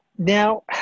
Now